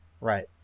Right